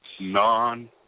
non